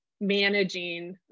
managing